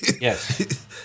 Yes